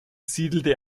siedelte